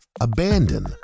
abandon